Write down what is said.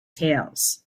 tales